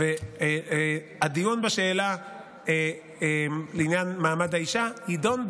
והדיון בשאלה לעניין מעמד האישה יידון,